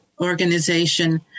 organization